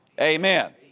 Amen